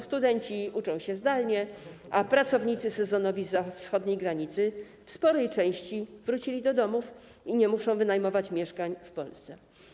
Studenci uczą się zdalnie, a pracownicy sezonowi zza wschodniej granicy w sporej części wrócili do domów i nie muszą wynajmować mieszkań w Polsce.